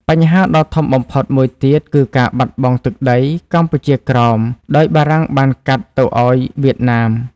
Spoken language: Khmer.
បញ្ហាដ៏ធំបំផុតមួយទៀតគឺការបាត់បង់ទឹកដី កម្ពុជាក្រោមដោយបារាំងបានកាត់ទៅអោយវៀតណាម។